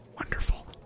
wonderful